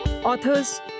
Authors